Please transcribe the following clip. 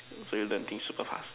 so you learn thing super fast